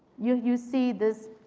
you you see this,